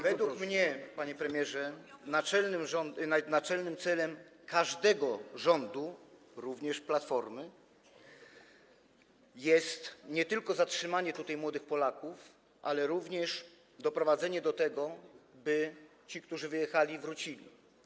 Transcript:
Według mnie, panie premierze, naczelnym celem każdego rządu, również Platformy, jest nie tylko zatrzymanie tutaj młodych Polaków, ale też doprowadzenie do tego, by ci, którzy wyjechali, wrócili.